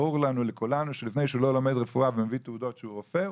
ברור לכולנו שלפני שהוא לא לומד רפואה ומביא תעודות שהוא רופא,